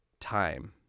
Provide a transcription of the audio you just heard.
time